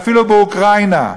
ואפילו באוקראינה,